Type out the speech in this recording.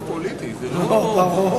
31),